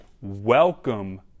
welcome